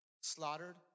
slaughtered